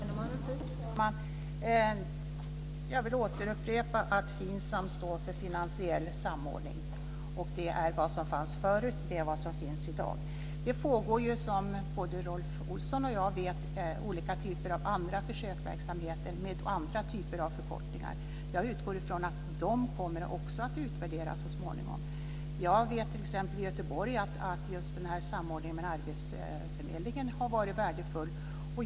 Fru talman! Jag vill återupprepa att FINSAM står för finansiell samordning. Det är vad som fanns förut och det är vad som finns i dag. Det pågår, som både Rolf Olsson och jag vet, olika typer av andra försöksverksamheter, med andra typer av förkortningar. Jag utgår från att de också kommer att utvärderas så småningom. I Göteborg vet jag att just samordningen med arbetsförmedlingen har varit värdefull.